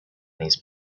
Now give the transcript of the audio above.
these